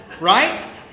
Right